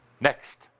Next